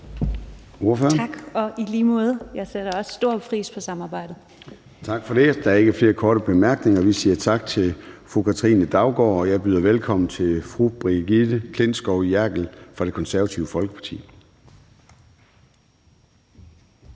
Tak, og i lige måde. Jeg sætter også stor pris på samarbejdet. Kl. 23:06 Formanden (Søren Gade): Tak for det. Der er ikke flere korte bemærkninger, så vi siger tak til fru Katrine Daugaard. Jeg byder velkommen til fru Brigitte Klintskov Jerkel fra Det Konservative Folkeparti.